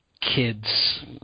kids